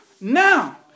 now